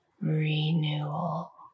renewal